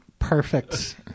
Perfect